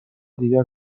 دیگر